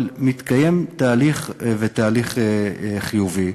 אבל מתקיים תהליך, ותהליך חיובי.